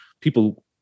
people